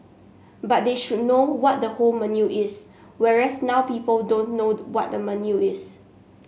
but they should know what the whole menu is whereas now people don't know what the menu is